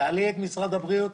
תעלי את משרד הבריאות